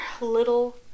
Little